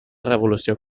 revolució